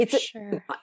sure